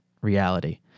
reality